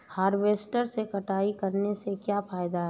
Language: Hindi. हार्वेस्टर से कटाई करने से क्या फायदा है?